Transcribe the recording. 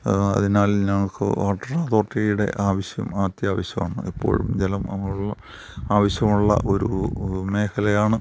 അതിനാൽ ഞങ്ങൾക്ക് വാട്ടർ അതോറിറ്റീടെ ആവശ്യം അത്യാവശ്യമാണ് എപ്പോഴും ജലം ആവശ്യമുള്ള ഒരു മേഖലയാണ്